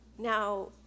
Now